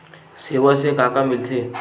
सेवा से का का मिलथे?